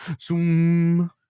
Zoom